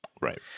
Right